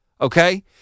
okay